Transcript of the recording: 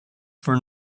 for